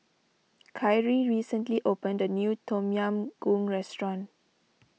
Kyree recently opened a new Tom Yam Goong restaurant